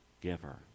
giver